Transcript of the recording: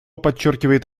подчеркивает